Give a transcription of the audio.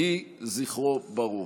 יהי זכרו ברוך.